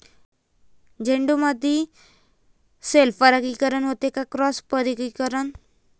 झेंडूमंदी सेल्फ परागीकरन होते का क्रॉस परागीकरन?